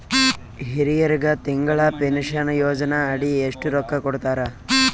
ಹಿರಿಯರಗ ತಿಂಗಳ ಪೀನಷನಯೋಜನ ಅಡಿ ಎಷ್ಟ ರೊಕ್ಕ ಕೊಡತಾರ?